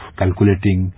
calculating